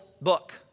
book